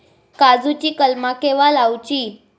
काजुची कलमा केव्हा लावची?